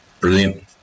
brilliant